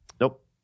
Nope